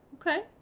Okay